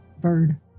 bird